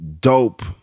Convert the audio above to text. dope